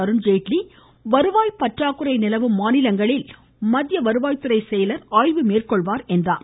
அருண்ஜேட்லி வருவாய் பற்றாக்குறை நிலவும் மாநிலங்களில் மத்திய வருவாய்த்துறை செயலர் ஆய்வு மேற்கொள்வார் என்றார்